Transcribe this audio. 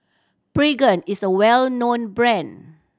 Pregain is a well known brand